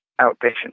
outpatient